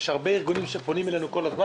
יש הרבה ארגונים שפונים אלינו כל הזמן